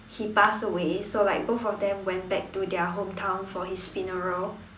he passed away so like both of them went back to their hometown for his funeral